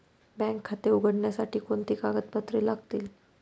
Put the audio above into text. Bank खाते उघडण्यासाठी कोणती कागदपत्रे लागतील?